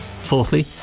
Fourthly